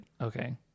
okay